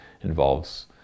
involves